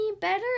better